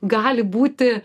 gali būti